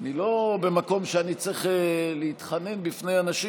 אני לא במקום שאני צריך להתחנן בפני אנשים